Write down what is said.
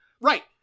Right